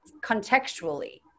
contextually